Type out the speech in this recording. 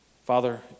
Father